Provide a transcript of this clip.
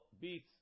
beats